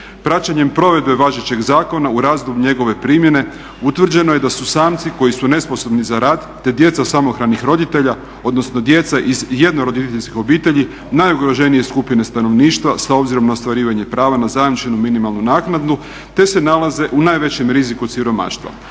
Praćenjem provedbe važećeg zakona u razdoblju njegove primjene utvrđeno je da su samci koji su nesposobni za rad, te djeca samohranih roditelja, odnosno djeca iz jednoroditeljskih obitelji najugroženije skupine stanovništva s obzirom na ostvarivanje prava na zajamčenu minimalnu naknadu te se nalaze u najvećem riziku od siromaštva.